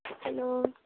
hello